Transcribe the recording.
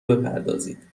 بپردازید